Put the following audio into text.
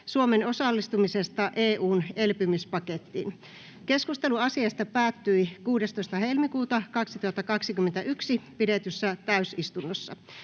Suomen osallistumisesta EU:n elpymispakettiin. Keskustelu asiasta päättyi 16.2.2021 pidetyssä täysistunnossa.